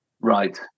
Right